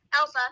Alpha